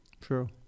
True